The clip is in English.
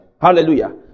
hallelujah